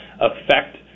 affect